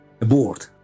aboard